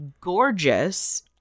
gorgeous